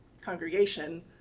congregation